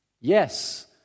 Yes